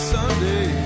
Sunday